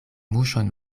muŝon